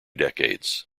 decades